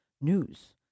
news